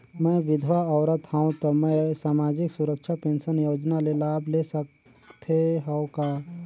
मैं विधवा औरत हवं त मै समाजिक सुरक्षा पेंशन योजना ले लाभ ले सकथे हव का?